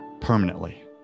permanently